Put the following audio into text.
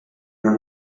run